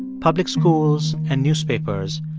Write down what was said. public schools and newspapers,